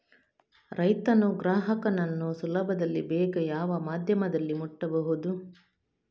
ರೈತನು ಗ್ರಾಹಕನನ್ನು ಸುಲಭದಲ್ಲಿ ಬೇಗ ಯಾವ ಮಾಧ್ಯಮದಲ್ಲಿ ಮುಟ್ಟಬಹುದು?